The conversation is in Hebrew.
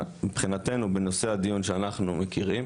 מבחינתנו בנושא הדיון שאנחנו מכירים,